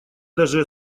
даже